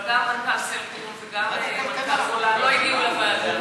אבל גם מנכ"ל "סלקום" וגם מנכ"ל "גולן" לא הגיעו לוועדה,